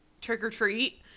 trick-or-treat